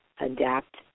adapt